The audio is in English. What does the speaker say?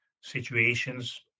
situations